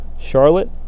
Charlotte